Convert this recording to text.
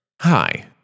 Hi